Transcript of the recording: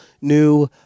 new